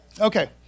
Okay